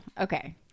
okay